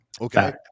okay